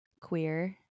queer